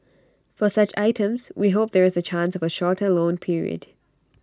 for such items we hope there is A chance of A shorter loan period